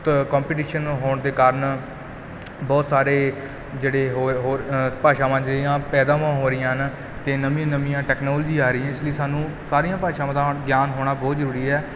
ਤ ਕੋਂਪੀਟੀਸ਼ਨ ਹੋਣ ਦੇ ਕਾਰਨ ਬਹੁਤ ਸਾਰੇ ਜਿਹੜੇ ਹੋ ਹੋਰ ਭਾਸ਼ਾਵਾਂ ਜਿਹੜੀਆਂ ਪੈਦਾਵਾਂ ਹੋ ਰਹੀਆਂ ਹਨ ਅਤੇ ਨਵੀਆਂ ਨਵੀਆਂ ਟੈਕਨੋਲਜੀ ਆ ਰਹੀ ਹੈ ਇਸ ਲਈ ਸਾਨੂੰ ਸਾਰੀਆਂ ਭਾਸ਼ਾਵਾਂ ਦਾ ਹੁਣ ਗਿਆਨ ਹੋਣਾ ਬਹੁਤ ਜ਼ਰੂਰੀ ਹੈ